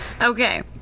okay